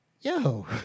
yo